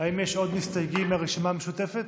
האם יש עוד מסתייגים מהרשימה המשותפת?